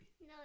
No